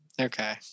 Okay